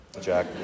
Jack